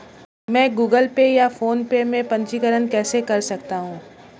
मैं Google Pay या PhonePe में पंजीकरण कैसे कर सकता हूँ?